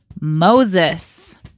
Moses